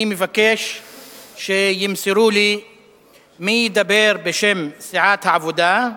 אני מבקש שימסרו לי מי ידבר בשם סיעת העבודה,